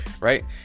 right